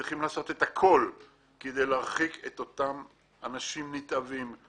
צריכים לעשות הכל כדי להרחיק את אותם אנשים נתעבים,